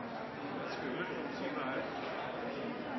det skulle